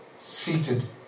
Seated